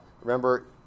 remember